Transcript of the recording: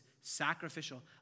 sacrificial